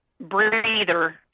breather